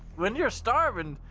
when you're starving,